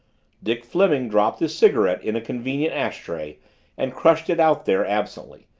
dick fleming dropped his cigarette in a convenient ash tray and crushed it out there, absently,